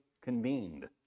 convened